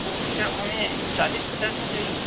वह भाई साहब हमें चालीस पचास में चाहिए